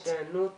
יש היענות.